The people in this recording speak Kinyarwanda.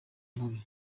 mubi